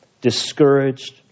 discouraged